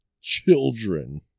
children